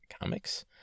comics